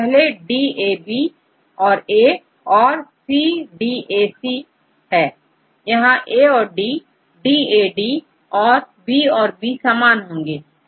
पहले dAB और A औरC dAC है तथाA औरD dADहै तोBऔर B समान होंगे